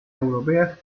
europeas